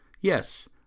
Yes